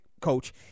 coach